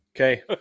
okay